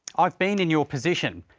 i've been in your position,